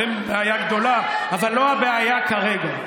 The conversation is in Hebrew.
אתם בעיה גדולה, אבל לא הבעיה כרגע.